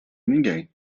ninguém